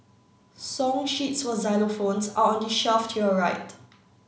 song sheets for xylophones are on the shelf to your right